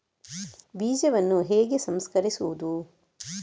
ಬೀಜವನ್ನು ಹೇಗೆ ಸಂಸ್ಕರಿಸುವುದು?